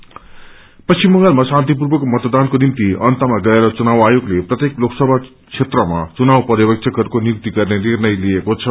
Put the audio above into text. अर्वजभर पश्चिम बंगालमा शान्तिपूर्वक मतदानको निम्ति अन्तमा गएर चुनाव आयोगले प्रत्येक लोकसभा क्षेत्रमा चुनाव पर्यवेक्षकहरूको नियुक्ति गर्ने निर्णय लिएको छ